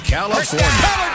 California